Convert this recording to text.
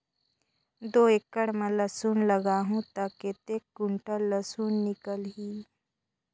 दो एकड़ मां लसुन लगाहूं ता कतेक कुंटल लसुन निकल ही?